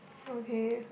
okay